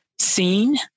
seen